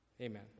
Amen